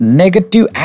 negative